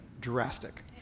drastic